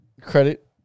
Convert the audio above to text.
credit